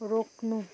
रोक्नु